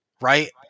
right